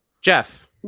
Jeff